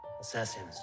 assassins